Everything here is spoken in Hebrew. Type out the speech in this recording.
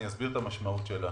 אסביר את המשמעות שלה.